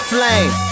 Flame